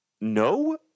no